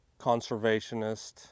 conservationist